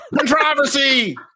Controversy